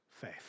faith